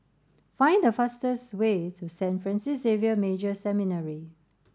find the fastest way to Saint Francis Xavier Major Seminary